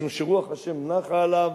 משום שרוח ה' נחה עליו,